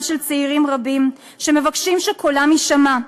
של צעירים רבים שמבקשים שקולם יישמע,